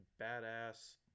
badass